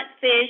fish